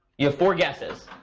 you have four guesses.